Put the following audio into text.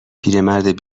پیرمرد